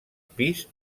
pis